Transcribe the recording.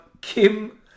Kim